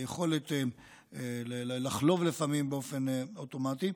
היכולת לחלוב לפעמים באופן אוטומטי,